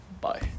Bye